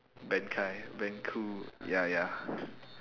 benkai benku ya ya